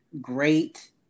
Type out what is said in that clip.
great